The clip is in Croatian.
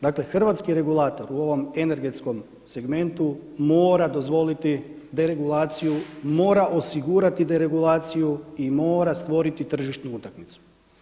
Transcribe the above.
Dakle, hrvatski regulator u ovom energetskom segmentu mora dozvoliti deregulaciju, mora osigurati deregulaciju i mora stvoriti tržišnu utakmicu.